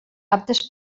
aptes